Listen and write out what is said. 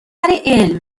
علم